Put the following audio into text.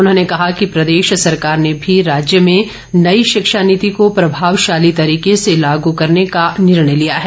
उन्होंने कहा कि प्रदेश सरकार ने भी राज्य में नई शिक्षा नीति को प्रभावशाली तरीके से लागू करने का निर्णय लिया है